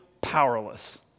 powerless